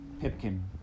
Pipkin